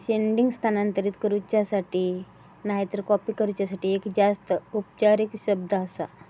seeding स्थानांतरित करूच्यासाठी नायतर कॉपी करूच्यासाठी एक जास्त औपचारिक शब्द आसा